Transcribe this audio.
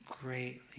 greatly